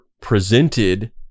presented